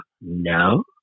no